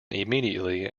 immediately